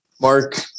Mark